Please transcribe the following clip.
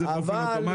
אוטומטי.